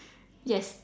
yes